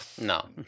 no